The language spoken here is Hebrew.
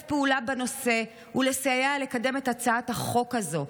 פעולה בנושא ולסייע לקדם את הצעת החוק הזאת.